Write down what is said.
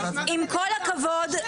עם כל הכבוד,